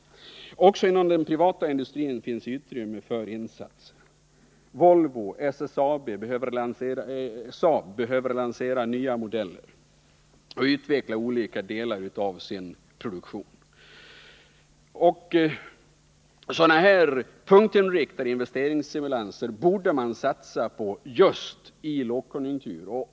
Också inom den privata industrin finns utrymme för insatser. Exempelvis Volvo och SAAB behöver lansera nya modeller och utveckla olika delar av sin produktion. Sådana här punktinriktade investeringsstimulanser borde man satsa på just i en lågkonjunktur.